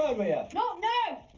i ah don't know